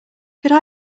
could